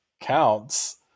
counts